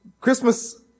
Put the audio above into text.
Christmas